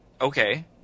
Okay